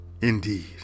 Indeed